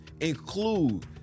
include